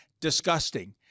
disgusting